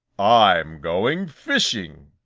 i'm going fishing,